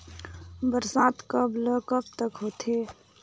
बरसात कब ल कब तक होथे?